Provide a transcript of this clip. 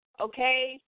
okay